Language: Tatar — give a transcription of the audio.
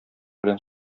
белән